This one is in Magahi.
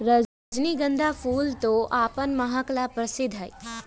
रजनीगंधा फूल तो अपन महक ला प्रसिद्ध हई